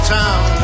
town